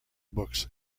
books